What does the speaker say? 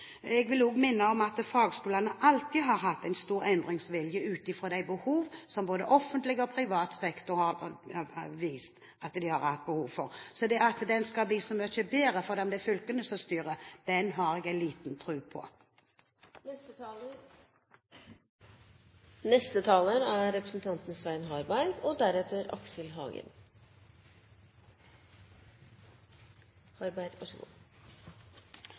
Jeg vil også minne om at fagskolene alltid har hatt en stor endringsvilje ut fra de behov som både offentlig og privat sektor har vist at de har hatt behov for. At de skal bli så mye bedre om det er fylkene som styrer, har jeg liten tro på.